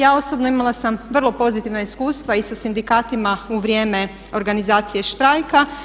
Ja osobno imala sam vrlo pozitivna iskustva i sa sindikatima u vrijeme organizacije štrajka.